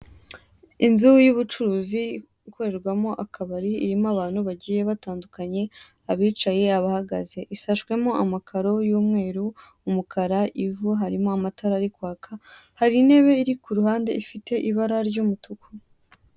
Inzu y'ubucuruzi ikorerwamo akabari, irimo abantu bagiye batandukanye abicaye abahagaze. Isashemo amakaro y'umweru, umukara, ivu harimo amatara ari kwaka, hari intebe iri ku ruhande ifite ibara ry'umutuku.